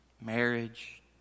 marriage